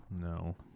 no